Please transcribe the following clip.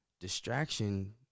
distraction